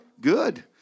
Good